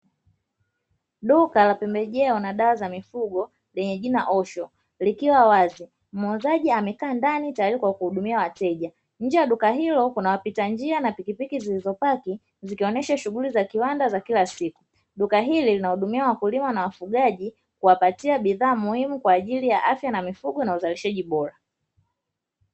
Duka lenye dawa za mifugo na pembejeo za kilimo lenye jina osho likiwa wazi, muuzaji amekaa ndani kwa ajili ya kuwauzia wateja, nje ya duka hilo kuna wapita njia na pikipiki zilizopaki zikionyesha shughuli za kiwanda za kila siku duka hili linahudumia wakulima na wafugaji kwa ajili ya kuwapatia huduma kwa ufugaji na uzalishaji bora.